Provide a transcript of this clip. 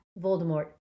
Voldemort